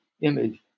image